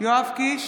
יואב קיש,